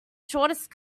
shortest